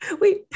Wait